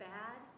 bad